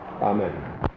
Amen